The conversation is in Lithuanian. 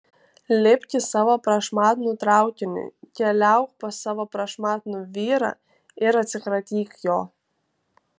lipk į savo prašmatnų traukinį keliauk pas savo prašmatnų vyrą ir atsikratyk jo